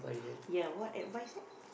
ya what advice ah